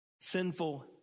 Sinful